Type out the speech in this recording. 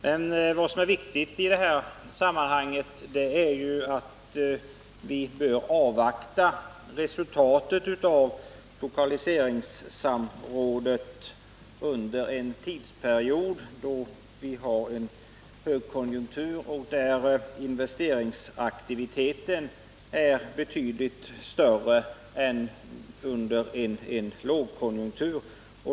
Men vad som är viktigt är att vi bör avvakta resultatet av lokaliseringssamrådet under en period då vi har en högkonjunktur och då investeringsaktiviteten är betydligt större än under en lågkonjunktur.